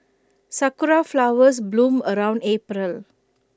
Sakura Flowers bloom around April